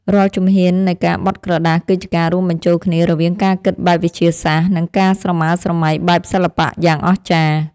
រាល់ជំហាននៃការបត់ក្រដាស គឺជាការរួមបញ្ចូលគ្នារវាងការគិតបែបវិទ្យាសាស្ត្រ និងការស្រមើស្រមៃបែបសិល្បៈយ៉ាងអស្ចារ្យ។